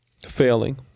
Failing